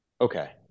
Okay